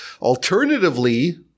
Alternatively